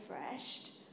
refreshed